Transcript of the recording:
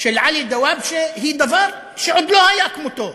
של עלי דוואבשה היא דבר שעוד לא היה כמותו